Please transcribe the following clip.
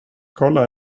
kolla